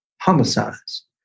homicides